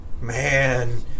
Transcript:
Man